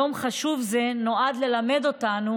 יום חשוב זה נועד ללמד אותנו